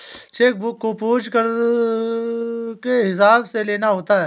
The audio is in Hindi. चेक बुक को पेज के हिसाब से लेना होता है